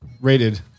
Rated